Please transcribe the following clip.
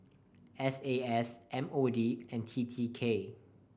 S A S M O D and T T K